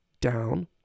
down